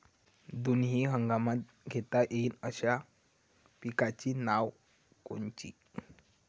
दोनी हंगामात घेता येईन अशा पिकाइची नावं कोनची?